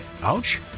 Ouch